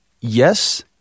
yes